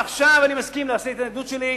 עכשיו אני מסכים להסיר את ההתנגדות שלי,